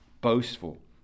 boastful